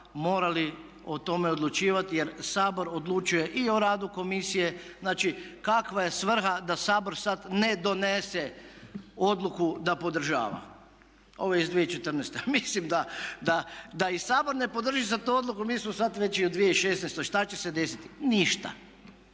morali o tome odlučivati jer Sabor odlučuje i o radu komisije. Znači, kakva je svrha da Sabor sad ne donese odluku da podržava. Ovo je iz 2014. Mislim da i Sabor ne podrži sad tu odluku mi smo sad već i u 2016. Šta će se desiti? Ništa.